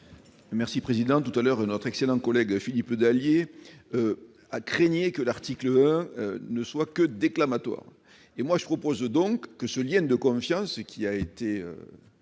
Marc. Tout à l'heure, notre excellent collègue Philippe Dallier craignait que l'article 1 ne soit que déclamatoire. Je propose donc que le lien de confiance soit